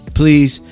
please